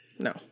No